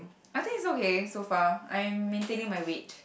I think it's okay so far I am maintaining my weight